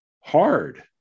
hard